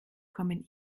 kommen